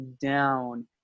down